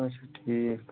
اچھا ٹھیٖک